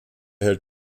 hält